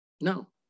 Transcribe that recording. No